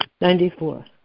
Ninety-four